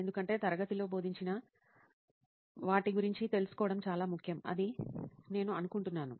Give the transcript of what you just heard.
ఎందుకంటే తరగతిలో బోధించిన వాటి గురించి తెలుసుకోవడం చాలా ముఖ్యం అని నేను అనుకుంటున్నాను